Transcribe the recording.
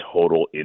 total